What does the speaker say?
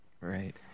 Right